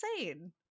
insane